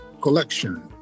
collection